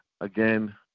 again